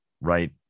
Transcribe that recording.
right